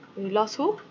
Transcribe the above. you lost who